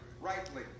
rightly